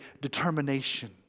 determination